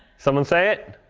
someone say it?